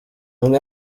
umwe